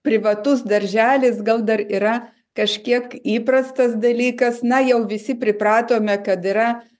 privatus darželis gal dar yra kažkiek įprastas dalykas na jau visi pripratome kad yra